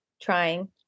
trying